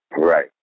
Right